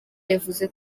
yavuze